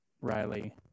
Riley